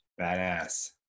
Badass